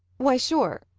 why, sure.